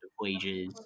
wages